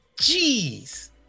jeez